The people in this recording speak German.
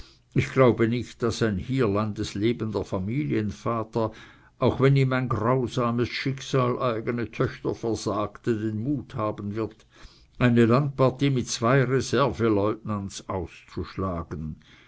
ich glaube nicht daß ein hierlandes lebender familienvater auch wenn ihm ein grausames schicksal eigene töchter versagte den mut haben wird eine landpartie mit zwei reservelieutenants auszuschlagen